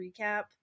recap